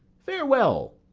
farewell!